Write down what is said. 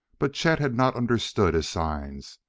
but chet had not understood his signs.